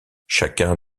chacun